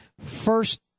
first